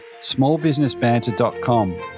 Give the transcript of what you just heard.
smallbusinessbanter.com